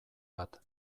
bat